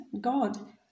God